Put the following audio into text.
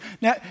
Now